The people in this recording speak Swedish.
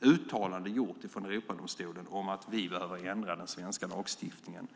något uttalande från Europadomstolen, i den dom som har avkunnats, om att vi behöver ändra den svenska lagstiftningen.